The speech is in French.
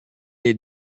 est